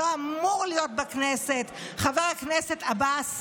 שלא אמור להיות בכנסת, חבר הכנסת עבאס.